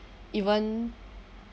even